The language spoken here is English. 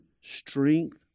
strength